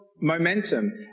momentum